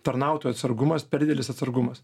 tarnautojų atsargumas per didelis atsargumas